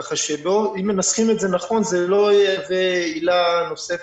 כך שאם מנסחים את זה נכון זו לא תהיה עילה נוספת.